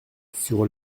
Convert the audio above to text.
sur